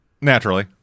Naturally